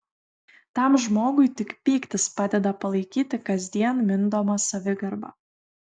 tam žmogui tik pyktis padeda palaikyti kasdien mindomą savigarbą